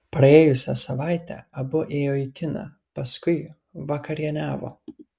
praėjusią savaitę abu ėjo į kiną paskui vakarieniavo